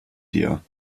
dir